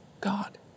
God